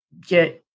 get